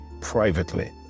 privately